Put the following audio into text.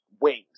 wings